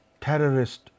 terrorist